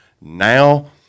Now